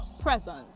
present